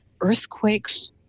earthquakes